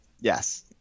yes